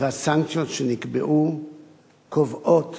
והסנקציות שנקבעו קובעות